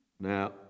Now